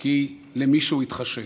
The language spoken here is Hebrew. כי למישהו התחשק,